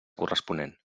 corresponent